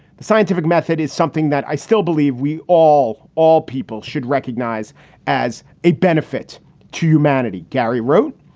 the scientific method is something that i still believe we all all people should recognize as a benefit to humanity. gary wrote,